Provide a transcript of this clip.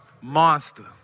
monster